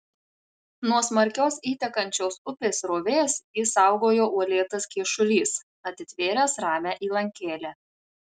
nuo smarkios įtekančios upės srovės jį saugojo uolėtas kyšulys atitvėręs ramią įlankėlę